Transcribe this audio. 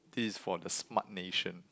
this is for the smart nation